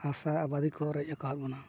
ᱦᱟᱥᱟ ᱟᱵᱟᱫᱤ ᱠᱚ ᱨᱮᱡ ᱟᱠᱟᱫ ᱵᱚᱱᱟ